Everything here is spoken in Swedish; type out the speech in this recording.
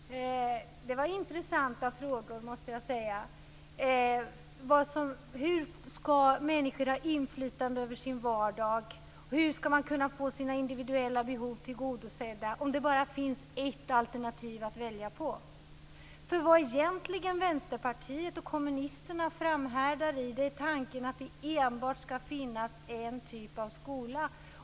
Herr talman! Det var intressanta frågor, måste jag säga. Hur skall människor ha inflytande över sin vardag? Hur skall man kunna få sina individuella behov tillgodosedda om det bara finns ett alternativ att välja på? Vad Vänsterpartiet och kommunisterna egentligen framhärdar i är tanken att det enbart skall finnas en typ av skola.